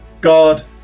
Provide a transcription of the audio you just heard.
God